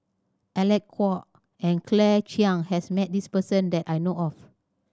Alec Kuok and Claire Chiang has met this person that I know of